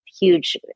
huge